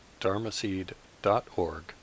dharmaseed.org